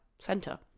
center